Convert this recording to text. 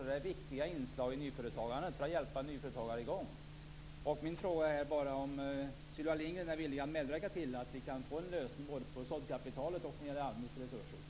Det är viktiga inslag i nyföretagandet. Man hjälper i gång nyföretagare. Min fråga gäller om Sylvia Lindgren är villig att medverka till att vi får en lösning både på frågan om såddkapitalet och när det gäller ALMI:s resurser.